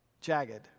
jagged